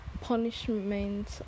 punishment